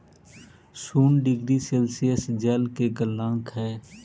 शून्य degree Celsius जल के गलनांक हई